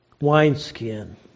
wineskin